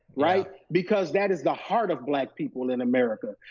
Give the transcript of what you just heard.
right? because that is the heart of black people in america,